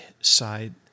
side